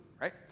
right